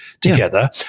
together